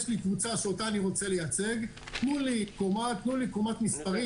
לך קבוצה שאתה רוצה לייצג ומבקש קומת מספרים,